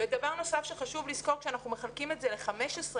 דבר נוסף שחשוב לזכור הוא שכאשר אנחנו מחלקים את זה ל-15,